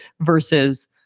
versus